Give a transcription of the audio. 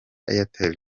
airtel